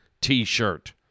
T-shirt